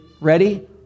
ready